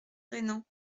rainans